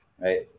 right